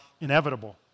inevitable